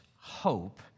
hope